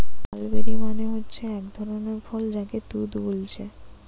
mulberry মানে হচ্ছে একটা ধরণের ফল যাকে তুত বোলছে